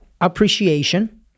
appreciation